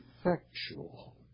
effectual